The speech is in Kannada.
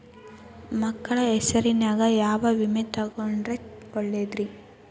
ಮಕ್ಕಳ ಹೆಸರಿನ್ಯಾಗ ಯಾವ ವಿಮೆ ತೊಗೊಂಡ್ರ ಒಳ್ಳೆದ್ರಿ?